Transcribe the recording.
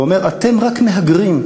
ואומר: אתם רק מהגרים.